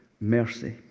mercy